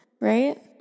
right